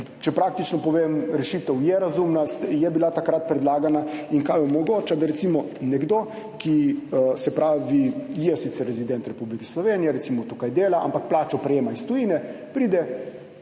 Če praktično povem, rešitev je razumna, je bila takrat predlagana. In kaj omogoča? Da recimo nekdo, ki je sicer rezident Republike Slovenije, recimo tukaj dela, ampak plačo prejema iz tujine, pride,